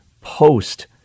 post